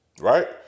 Right